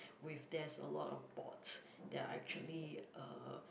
with there's a lot of bots that are actually uh